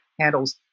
handles